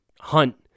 Hunt